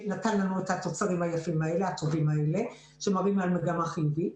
מה שנתן לנו את התוצרים היפים והטובים האלה שמראים על מגמה חיובית.